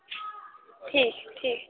ठीक ऐ ठीक